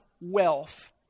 wealth